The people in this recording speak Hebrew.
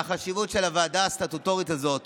והחשיבות של הוועדה הסטטוטורית הזאת